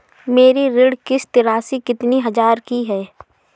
मेरी ऋण किश्त राशि कितनी हजार की है?